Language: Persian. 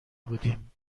بودیم